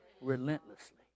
relentlessly